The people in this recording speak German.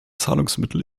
zahlungsmittel